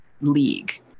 league